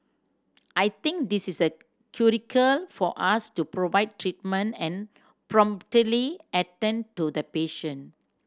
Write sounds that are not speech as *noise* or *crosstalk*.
I think this is *unintelligible* for us to provide treatment and promptly attend to the patient